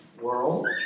world